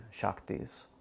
shaktis